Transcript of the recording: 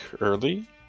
early